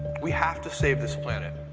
we have to save this planet,